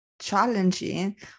challenging